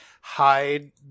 hide